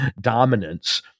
dominance